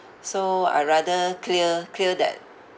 so I rather clear clear that